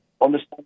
understand